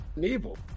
Evil